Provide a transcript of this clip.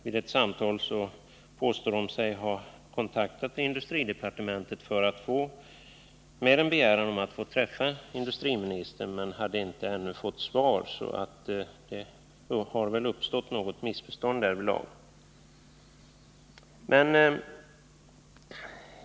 Vid samtal vi haft påstår de att de har kontaktat industridepartementet med en begäran om att få träffa industri ministern. Men de hade ännu inte fått svar, så det uppstod väl något missförstånd därvidlag.